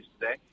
today